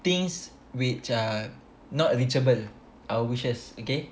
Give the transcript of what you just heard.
things which are not reachable our wishes okay